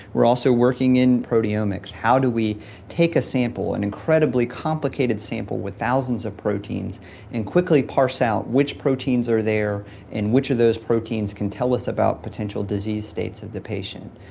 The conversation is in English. we're also working in proteomics how do we take a sample, an incredibly complicated sample with thousands of proteins and quickly pass out which proteins are there and which of those proteins can tell us about potential disease states of the patient.